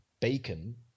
bacon